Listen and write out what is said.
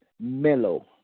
Mellow